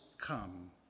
come